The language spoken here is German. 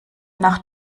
nach